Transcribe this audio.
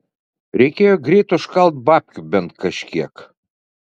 reikėjo greit užkalt babkių bent kažkiek